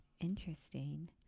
Interesting